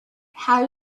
how